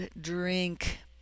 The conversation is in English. drink